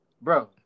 Bro